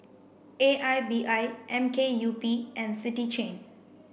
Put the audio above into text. A I B I M K U P and City Chain